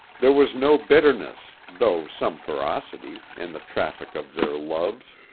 there was no bitterness, though some ferocity, in the traffic of their loves.